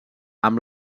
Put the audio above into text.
amb